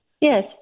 Yes